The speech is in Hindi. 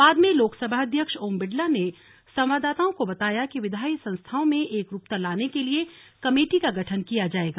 बाद में लोकसभा अध्यक्ष ओम बिड़ला ने संवाददाताओं को बताया कि विधायी संस्थाओं में एकरूपता लाने के लिए कमेटी का गठन किया जाएगा